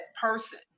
person